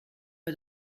pas